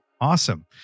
Awesome